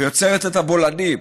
מייצרת את הבולענים,